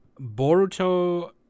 Boruto